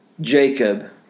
Jacob